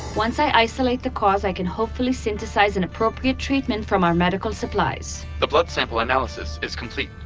once i isolate the cause i can hopefully synthesize an appropriate treatment from our medical supplies the blood sample analysis is complete.